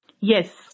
Yes